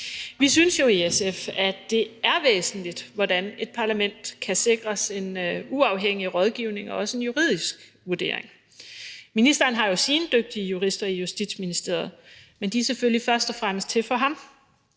Vi synes jo i SF, at det er væsentligt, hvordan et parlament kan sikres en uafhængig rådgivning og også en juridisk vurdering. Justitsministeren har jo sine dygtige jurister i Justitsministeriet, men de er selvfølgelig først og fremmest til for ham.